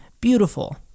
Beautiful